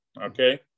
okay